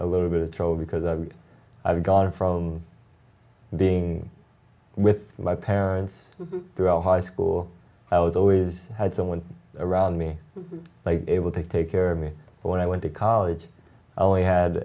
a little bit of trouble because i would have gone from being with my parents throughout high school i was always had someone around me by able to take care of me when i went to college i only had